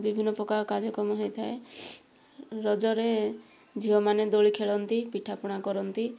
ବିଭିନ୍ନ ପ୍ରକାର କାର୍ଯ୍ୟକ୍ରମ ହୋଇଥାଏ ରଜରେ ଝିଅମାନେ ଦୋଳି ଖେଳନ୍ତି ପିଠାପଣା କରନ୍ତି